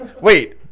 wait